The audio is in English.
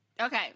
Okay